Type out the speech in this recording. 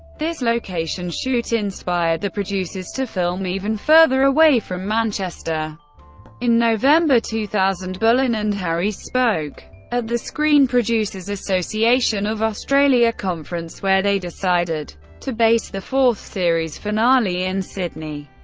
this location shoot inspired the producers to film even further away from manchester in november two thousand, bullen and harries spoke at the screen producers association of australia conference, where they decided to base the fourth series finale in sydney.